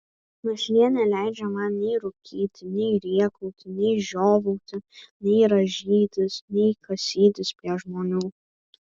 našlė neleidžia man nei rūkyti nei rėkauti nei žiovauti nei rąžytis nei kasytis prie žmonių